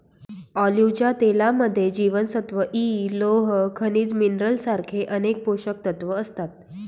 ऑलिव्हच्या तेलामध्ये जीवनसत्व इ, लोह, खनिज मिनरल सारखे अनेक पोषकतत्व असतात